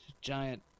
giant